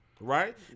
Right